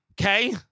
Okay